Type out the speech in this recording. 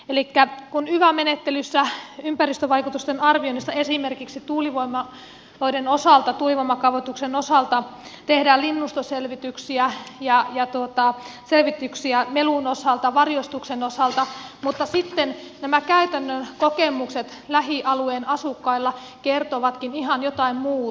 elikkä kun yva menettelyssä ympäristövaikutusten arvioinnista esimerkiksi tuulivoimaloiden osalta tuulivoimakaavoituksen osalta tehdään linnustoselvityksiä ja selvityksiä melun osalta varjostuksen osalta niin sitten nämä käytännön kokemukset lähialueen asukkailla kertovatkin ihan jotain muuta